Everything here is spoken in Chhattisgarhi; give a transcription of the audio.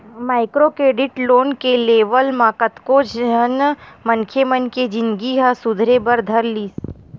माइक्रो क्रेडिट लोन के लेवब म कतको झन मनखे मन के जिनगी ह सुधरे बर धर लिस